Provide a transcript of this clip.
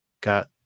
got